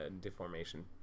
deformation